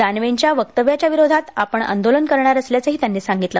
दानवेंच्या वक्तव्याच्या विरोधात आपण आंदोलन करणार असल्याचंही त्यांनी सांगितलं